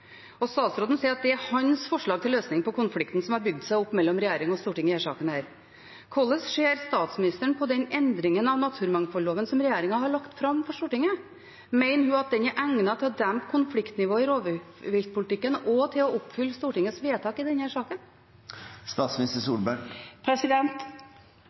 og statsråden sier at det er hans forslag til løsning på konflikten som har bygd seg opp mellom regjering og storting i denne saken. Hvordan ser statsministeren på den endringen av naturmangfoldloven som regjeringen har lagt fram for Stortinget? Mener hun at den er egnet til å dempe konfliktnivået i rovviltpolitikken og til å oppfylle Stortingets vedtak i